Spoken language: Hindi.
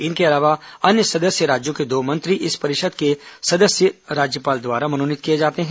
इनके अलावा अन्य सदस्य राज्यों के दो मंत्री इस परिषद के सदस्य राज्यपाल द्वारा मनोनीत किए जाते हैं